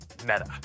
Meta